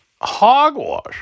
hogwash